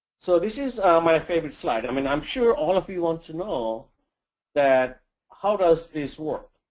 so this is my favorite slide. i mean, i'm sure all of you want to know that how does this work.